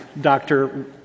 Dr